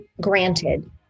granted